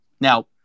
Now